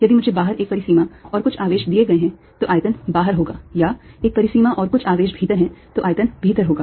यदि मुझे बाहर एक परिसीमा और कुछ आवेश दिए गए हैं तो आयतन बाहर होगा या एक परिसीमा और कुछ आवेश भीतर है तो आयतन भीतर होगा